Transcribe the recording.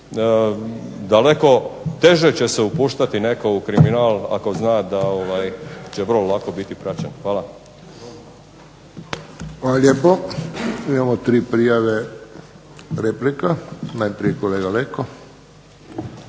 daleko teže će se upuštati netko u kriminal ako zna da će vrlo lako biti praćen. Hvala. **Friščić, Josip (HSS)** Hvala lijepo. Imamo tri prijave replika. Najprije kolega Leko.